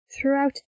throughout